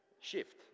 shift